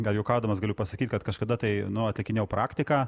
gal juokaudamas galiu pasakyt kad kažkada tai nu atlikinėjau praktiką